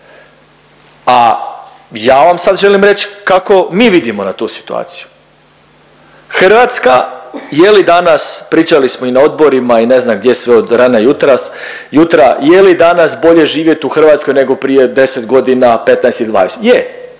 A ja vam sad želim reć kako mi vidimo na tu situaciju. Hrvatska, je li danas pričali smo i na odborima i ne znam gdje sve od rana jutra, je li danas bolje živjet u Hrvatskoj nego prije 10 godina, 15 i 20? Je,